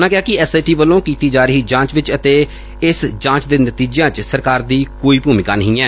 ਉਨ੍ਹਾਂ ਕਿਹਾ ਕਿ ਐਸ ਆਈ ਟੀ ਵੱਲੋਂ ਕੀਤੀ ਜਾ ਰਹੀ ਜਾਂਚ ਚ ਅਤੇ ਇਸ ਜਾਂਚ ਤੋਂ ਨਿਕਲਣ ਵਾਲੇ ਨਤੀਜਿਆਂ ਚ ਸਰਕਾਰ ਦੀ ਕੋਈ ਭੂਮਿਕਾ ਨਹੀਂ ਐ